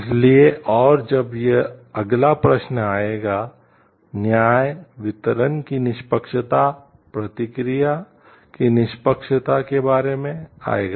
इसलिए और जब यह अगला प्रश्न आएगा न्याय वितरण की निष्पक्षता प्रक्रिया की निष्पक्षता के बारे में आएगा